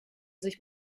sich